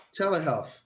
Telehealth